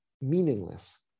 meaningless